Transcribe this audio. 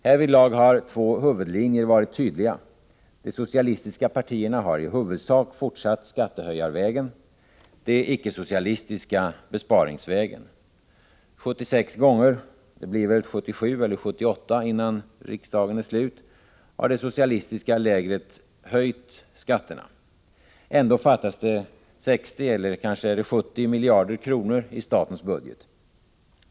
Härvidlag har två huvudlinjer varit tydliga: de socialistiska partierna har i huvudsak fortsatt skattehöjarvägen, de icke-socialistiska besparingsvägen. 76 gånger — det blir väl 77 eller 78 innan riksmötet är slut — har det socialistiska lägret höjt skatterna. Ändå fattas det mellan 60 och 70 miljarder kronor i statens budget.